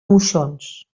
moixons